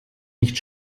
nicht